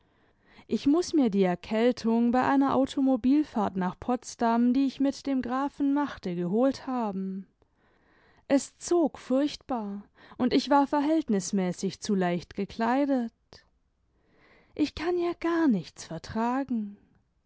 ich muß mir die erkältung bei einer automobilfahrt nach potsdam die ich mit dem grafen machte getiblt haben es zog furchtbar und ich war verhältnismäßig zu leicht gekleidet ich kann ja gar nichts vertragen